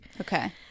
Okay